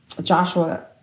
Joshua